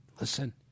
Listen